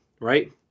right